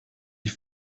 die